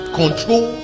control